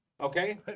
Okay